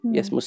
Yes